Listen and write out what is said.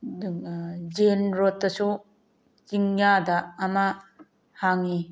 gel ꯔꯣꯠꯇꯁꯨ ꯆꯤꯡꯌꯥꯗ ꯑꯃ ꯍꯥꯡꯉꯤ